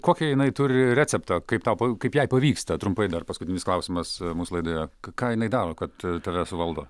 kokį jinai turi receptą kaip tau kaip jai pavyksta trumpai dar paskutinis klausimas mūsų laidoje ką jinai daro kad tave suvaldo